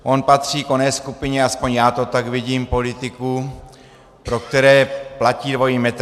On patří k oné skupině, aspoň já to tak vidím, politiků, pro které platí dvojí metr.